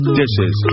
dishes